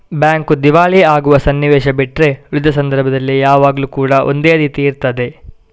bank ದಿವಾಳಿ ಆಗುವ ಸನ್ನಿವೇಶ ಬಿಟ್ರೆ ಉಳಿದ ಸಂದರ್ಭದಲ್ಲಿ ಯಾವಾಗ್ಲೂ ಕೂಡಾ ಒಂದೇ ರೀತಿ ಇರ್ತದೆ